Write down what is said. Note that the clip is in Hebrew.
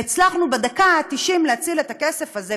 והצלחנו בדקה התשעים להציל את הכסף הזה,